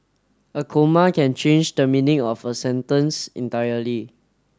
a comma can change the meaning of a sentence entirely